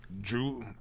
Drew